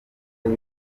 y’u